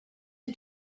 you